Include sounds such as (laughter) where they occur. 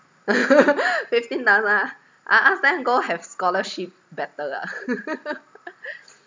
(laughs) fifteen thousand ah I ask them go have scholarship better ah (laughs)